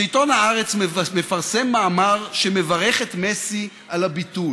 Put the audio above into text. כשעיתון הארץ מפרסם מאמר שמברך את מסי על הביטול